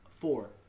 Four